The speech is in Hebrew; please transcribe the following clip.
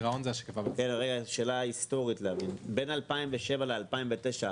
יש לי שאלה היסטורית: בין 2007 ל-2009,